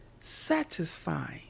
satisfying